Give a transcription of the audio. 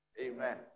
amen